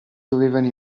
dovevano